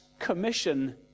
commission